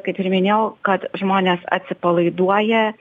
kaip ir minėjau kad žmonės atsipalaiduoja